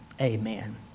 Amen